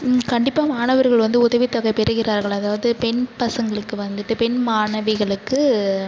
கண்டிப்பா மாணவர்கள் வந்து உதவித்தொகை பெறுகிறார்கள் அதாவது பெண் பசங்களுக்கு வந்துட்டு பெண் மாணவிகளுக்கு